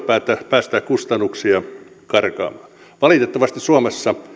päästää kustannuksia karkaamaan valitettavasti suomessa